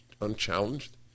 unchallenged